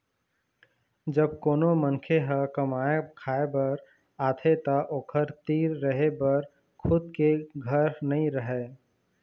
जब कोनो मनखे ह कमाए खाए बर आथे त ओखर तीर रहें बर खुद के घर नइ रहय